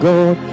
God